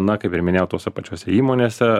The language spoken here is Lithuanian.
na kaip ir minėjau tose pačiose įmonėse